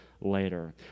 later